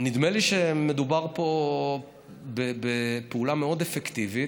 נדמה לי שמדובר פה בפעולה מאוד אפקטיבית.